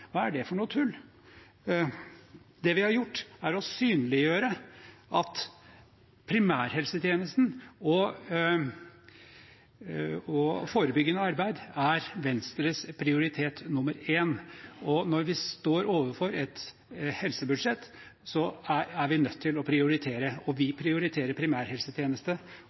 Hva er det for noe tull? Det vi har gjort, er å synliggjøre at primærhelsetjenesten og forebyggende arbeid er Venstres prioritet nummer én. Når vi står overfor et helsebudsjett, er vi nødt til å prioritere, og vi prioriterer primærhelsetjeneste